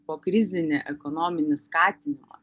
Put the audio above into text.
pokrizinį ekonominį skatinimą